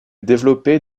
développée